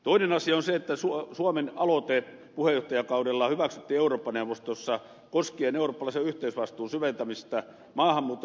toinen asia on se että suomen aloite puheenjohtajakaudella hyväksyttiin eurooppa neuvostossa koskien eurooppalaisen yhteisvastuun syventämistä maahanmuutto rajavalvonta ja turvapaikkapolitiikassa